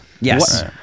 Yes